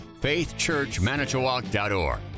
faithchurchmanitowoc.org